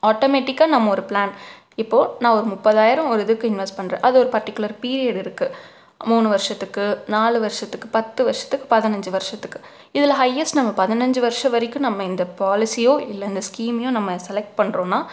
ஆட்டோமேட்டிக்காக நம்ம ஒரு பிளான் இப்போ நான் ஒரு முப்பதாயிரம் ஒரு இதுக்கு இன்வெஸ்ட் பண்ணுறேன் அது ஒரு பர்ட்டிக்குலர் பீரியட் இருக்கு மூணு வருஷத்துக்கு நாலு வருஷத்துக்கு பத்து வருஷத்துக்கு பதினஞ்சி வருஷத்துக்கு இதில் ஹையஸ்ட் நம்ம பதினஞ்சி வர்ஷம் வரைக்கும் நம்ம இந்த பாலிசியோ இல்லை இந்த ஸ்கீமையோ நம்ம செலக்ட் பண்ணுறோன்னா